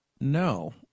no